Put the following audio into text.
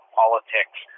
politics